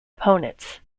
opponents